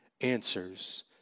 answers